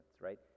right